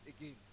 again